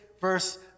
verse